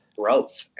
growth